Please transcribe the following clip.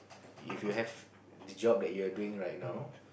if you have the job that you are doing right now